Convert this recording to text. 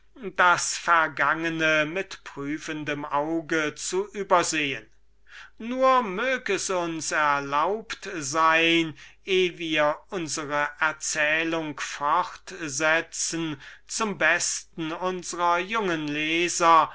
das vergangene mit prüfendem auge zu übersehen nur mög es uns erlaubt sein eh wir unsre erzählung fortsetzen zum besten unsrer jungen leser